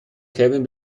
calvin